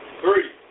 three